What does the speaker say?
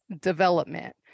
development